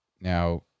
now